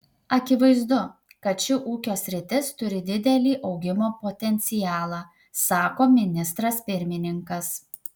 akivaizdu kad ši ūkio sritis turi didelį augimo potencialą sako ministras pirmininkas